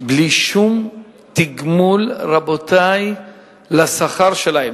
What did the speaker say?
בלי שום תגמול לשכר שלהם.